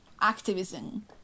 activism